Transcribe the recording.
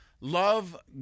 love